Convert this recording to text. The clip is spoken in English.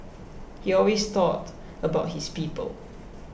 he always thought about his people